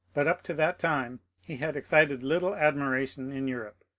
but up to that time he had excited little admiration in europe.